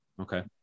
Okay